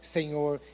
Senhor